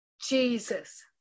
Jesus